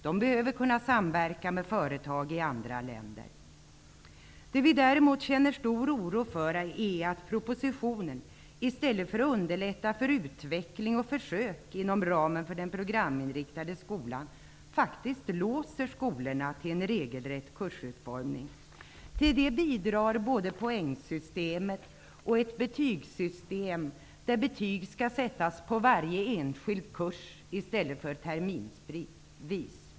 De behöver kunna samverka med företag i andra länder. Det vi däremot känner oro för är att propositionen i stället för att underlätta för utveckling och försök inom ramen för den programinriktade skolan faktiskt låser skolorna till en regelrätt kursutformning. Till det bidrar både poängsystemet och ett betygssystem där betyg skall sättas på varje enskild kurs i stället för terminsvis.